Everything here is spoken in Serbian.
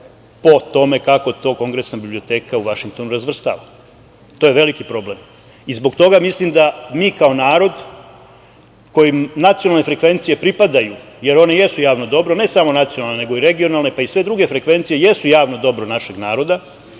po tome kako to Kongresna biblioteka u Vašingtonu razvrstava. To je veliki problem. Zbog toga mislim da mi kao narod kojem nacionalne frekvencije pripadaju, jer one jesu javno dobro, ne samo nacionalne nego i regionalne, pa i sve druge frekvencije, jesu javno dobro našeg naroda,